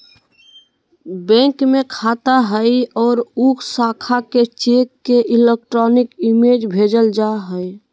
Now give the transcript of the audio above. bank में खाता हइ और उ शाखा के चेक के इलेक्ट्रॉनिक इमेज भेजल जा हइ